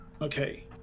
Okay